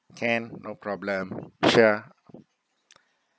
can no problem sure